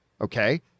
okay